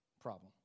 problem